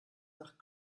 nach